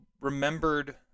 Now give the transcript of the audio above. remembered